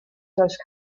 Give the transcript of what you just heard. those